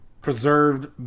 preserved